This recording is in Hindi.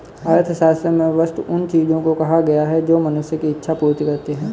अर्थशास्त्र में वस्तु उन चीजों को कहा गया है जो मनुष्य की इक्षा पूर्ति करती हैं